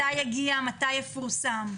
מתי יגיע ומתי יפורסם?